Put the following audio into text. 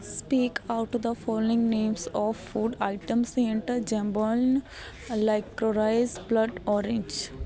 speak out the following names of food items in jam bun licorice blood orange